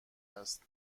است